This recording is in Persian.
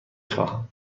خواهم